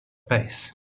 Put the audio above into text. pace